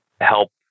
help